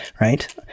Right